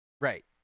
right